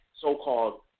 so-called